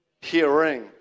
hearing